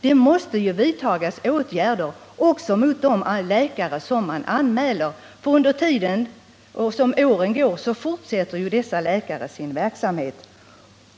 Det måste ju vidtas åtgärder också mot de läkare som anmäls. Under tiden som åren går fortsätter ju dessa läkare sin verksamhet.